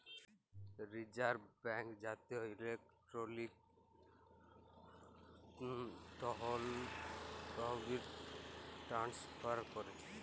reserve bank জাতীয় electronic তহবিল transfer ক্যরে